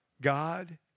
God